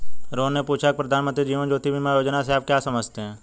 रोहन ने पूछा की प्रधानमंत्री जीवन ज्योति बीमा योजना से आप क्या समझते हैं?